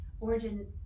Origin